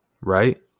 Right